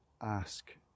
ask